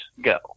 go